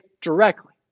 directly